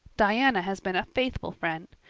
diana has been a faithful friend.